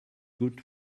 good